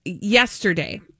Yesterday